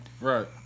Right